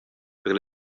per